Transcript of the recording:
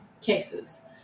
cases